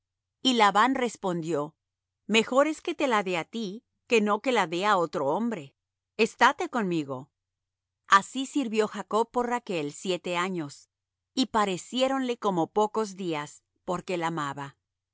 y labán respondió mejor es que te la dé á ti que no que la dé á otro hombre estáte conmigo así sirvió jacob por rachl siete años y pareciéronle como pocos días porque la amaba